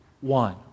one